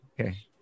Okay